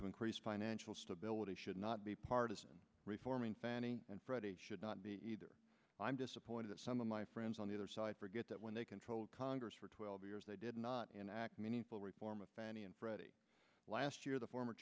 to increase financial stability should not be part of reforming fannie and freddie should not be either i'm disappointed that some of my friends on the other side forget that when they controlled congress for twelve years they did not and act meaningful reform of fannie and freddie last year the form